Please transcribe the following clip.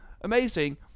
Amazing